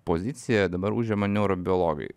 poziciją dabar užema neurobiologai